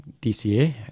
DCA